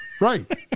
Right